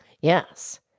Yes